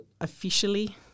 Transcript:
officially